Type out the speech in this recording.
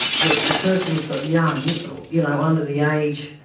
the the person so young you know under the age,